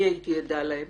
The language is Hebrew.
אני הייתי עדה להם